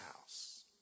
house